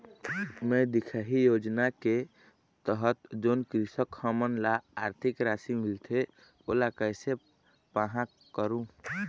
मैं दिखाही योजना के तहत जोन कृषक हमन ला आरथिक राशि मिलथे ओला कैसे पाहां करूं?